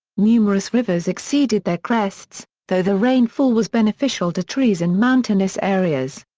numerous rivers exceeded their crests, though the rainfall was beneficial to trees in mountainous areas.